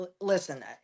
listen